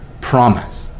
promise